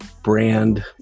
brand